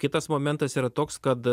kitas momentas yra toks kad